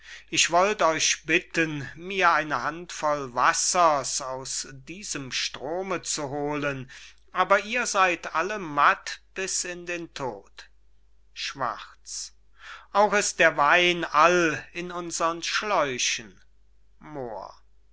ich wollt euch bitten mir eine handvoll wassers aus diesem strome zu holen aber ihr seyd alle matt bis in den tod schwarz auch ist der wein all in unsern schläuchen moor